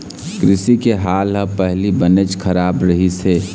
कृषि के हाल ह पहिली बनेच खराब रहिस हे